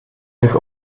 zich